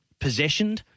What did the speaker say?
possessioned